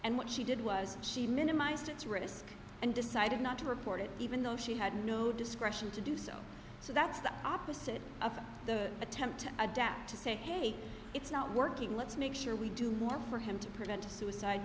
and what she did was she minimized its risk and decided not to report it even though she had no discretion to do so so that's the opposite of the attempt to adapt to say hey it's not working let's make sure we do more for him to prevent a suicide